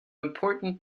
important